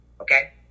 Okay